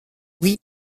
oui